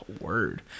word